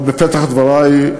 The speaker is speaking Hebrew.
אבל בפתח דברי,